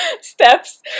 Steps